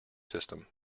system